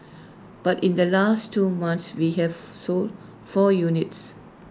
but in the last two months we have sold four units